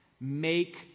Make